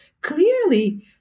clearly